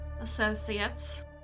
associates